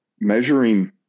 measuring